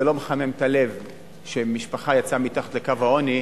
זה לא מחמם את הלב שמשפחה יצאה ממצב של מתחת לקו העוני,